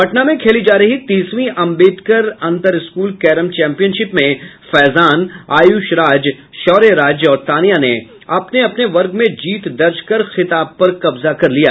पटना में खेली जा रही तीसवीं अंबेडकर अंतर स्कूल कैरम चैम्पियनशिप में फैजान आयुष राज शौर्य राज और तान्या ने अपने अपने वर्ग में जीत दर्ज कर खिताब पर कब्जा कर लिया